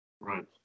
Right